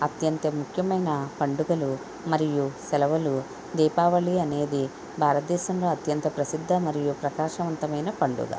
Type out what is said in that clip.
అత్యంత ముఖ్యమైన పండుగలు మరియు సెలవులు దీపావళి అనేది భారతదేశంలో అత్యంత ప్రసిద్ధ మరియు ప్రకాశంవంతమైన పండుగ